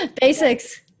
Basics